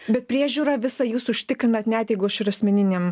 bet priežiūrą visą jūs užtikrinat net jeigu aš ir asmeninėm